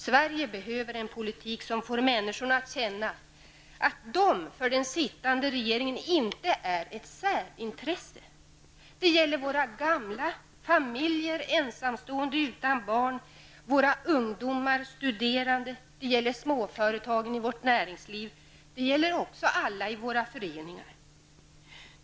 Sverige behöver en politik som får människorna att känna att de för den sittande regeringen inte är ett särintresse. Det gäller våra gamla, familjer, ensamstående utan barn, våra ungdomar och studerande. Det gäller småföretagen i vårt näringsliv, och det gäller också alla i våra föreningar.